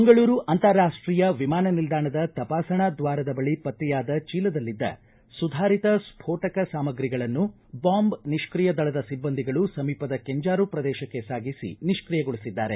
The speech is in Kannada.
ಮಂಗಳೂರು ಅಂತಾರಾಷ್ಟೀಯ ವಿಮಾನ ನಿಲ್ದಾಣದ ತಪಾಸಣಾ ದ್ವಾರದ ಬಳಿ ಪತ್ತೆಯಾದ ಚೀಲದಲ್ಲಿದ್ದ ಸುಧಾರಿತ ಸ್ಫೋಟಕ ಸಾಮಗ್ರಿಗಳನ್ನು ಬಾಂಬ್ ನಿಷ್ಕಿಯ ದಳದ ಸಿಬ್ಬಂದಿಗಳು ಸಮೀಪದ ಕೆಂಜಾರು ಪ್ರದೇಶಕ್ಕೆ ಸಾಗಿಸಿ ನಿಷ್ಠಿಯಗೊಳಿಸಿದರು